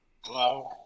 Hello